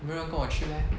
没有人要跟我去 leh